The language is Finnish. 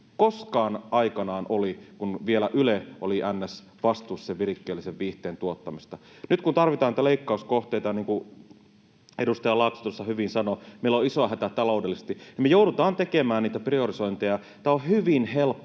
koskaan aikanaan oli, kun Yle oli vielä ns. vastuussa sen virikkeellisen viihteen tuottamisesta. Nyt kun tarvitaan niitä leikkauskohteita ja, niin kuin edustaja Laakso tuossa hyvin sanoi, meillä on iso hätä taloudellisesti, me joudutaan tekemään niitä priorisointeja, tämä on hyvin helppo